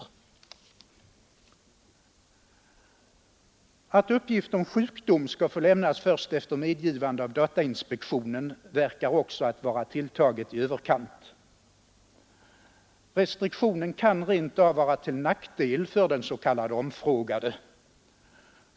Bestämmelsen att uppgift om sjukdom skall få lämnas först efter medgivande av datainspektionen verkar också tilltagen i överkant. Restriktionen kan rentav vara till nackdel för den s.k. omfrågade.